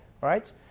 right